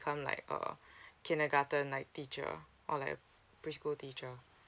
become like uh kindergarten like teacher or like a preschool teacher